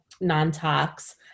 non-tox